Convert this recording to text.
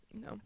No